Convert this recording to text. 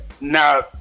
Now